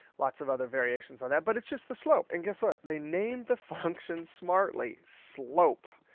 lots of other variations on that, but it's just the slope. and guess what? they named the function smartly, slope.